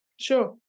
Sure